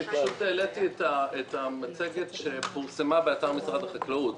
העליתי את המצגת שפורסמה באתר משרד החקלאות.